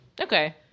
Okay